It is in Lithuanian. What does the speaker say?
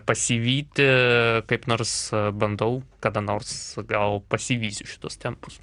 pasivyti kaip nors bandau kada nors gal pasivysiu šituos tempus